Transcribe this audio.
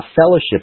fellowship